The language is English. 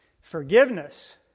Forgiveness